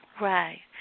Right